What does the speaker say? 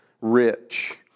rich